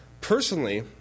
Personally